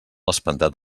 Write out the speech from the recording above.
espantat